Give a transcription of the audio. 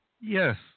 Yes